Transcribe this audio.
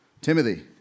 Timothy